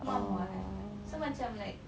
oh